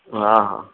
हा हा